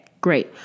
Great